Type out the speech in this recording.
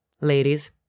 ladies